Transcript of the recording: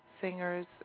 singers